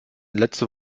letzte